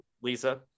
Lisa